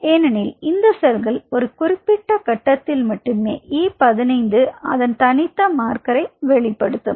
ஏனெனில் இந்த செல்கள் ஒரு குறிப்பிட்ட கட்டத்தில் மட்டுமே அதன் தனித்த மார்க்கரை வெளிப்படுத்தும்